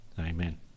Amen